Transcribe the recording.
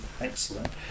excellent